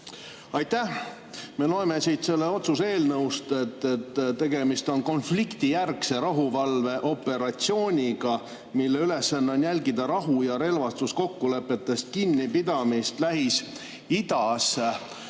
Aitäh! Me loeme siit selle otsuse eelnõust, et tegemist on konfliktijärgse rahuvalveoperatsiooniga, mille ülesanne on jälgida rahu- ja relvastuskokkulepetest kinnipidamist Lähis-Idas.